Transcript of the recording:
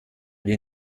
wir